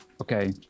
okay